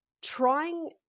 trying